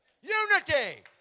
Unity